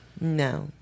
No